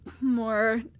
more